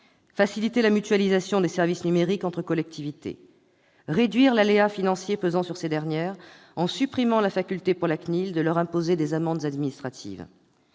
faciliter la mutualisation des services numériques entre collectivités. Il a voulu réduire l'aléa financier pesant sur ces dernières, en supprimant la faculté pour la CNIL de leur imposer des amendes administratives.